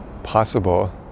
possible